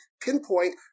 pinpoint